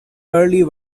early